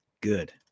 good